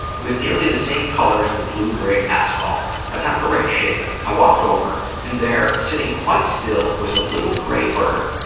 it was nearly the same color as the blue grey asphalt but not the right shape. i walked over and there, sitting quite still, was a little grey bird.